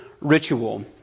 ritual